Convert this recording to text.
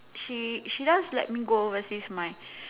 she she does let me go overseas with my